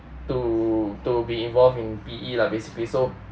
to to be involved in P_E lah basically so